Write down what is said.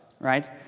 right